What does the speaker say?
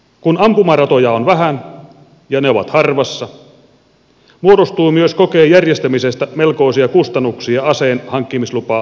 kun ampumaratoja on vähän ja ne ovat harvassa muodostuu myös kokeen järjestämisestä melkoisia kustannuksia aseen hankkimislupaa hakevalle henkilölle